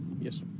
Yes